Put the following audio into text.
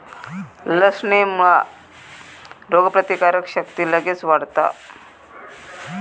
लसणेमुळा रोगप्रतिकारक शक्ती लगेच वाढता